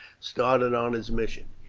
started on his mission.